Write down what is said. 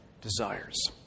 desires